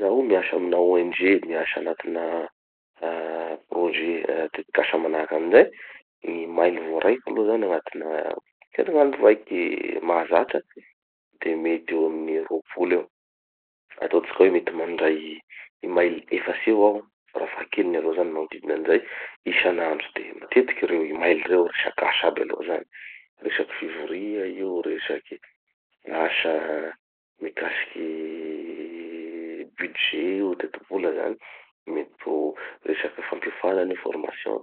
Zaho io miasa amina ONG, miasa anatina ah projet tetik'asa manahaky anizay. Gny email voaraiko aloha zany agnatina herignandro raiky mahazatra de mety amin'ny roapolo eo. Ataotsika hoe mety mandray email efatsy eo ao farafahakeliny aloha zany magnodidina anizay isanandro. De matetiky reo email reo, resak'asa aby aloha zany. Resaky fivoria io, resaky asa mikasiky budget io, teti-bola zany, mety ho resaky fampiofanana io formation,